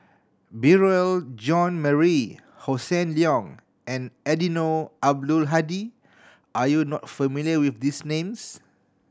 Beurel Jean Marie Hossan Leong and Eddino Abdul Hadi are you not familiar with these names